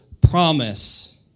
promise